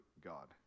God